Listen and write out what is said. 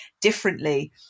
differently